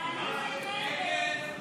שלושה נמנעים.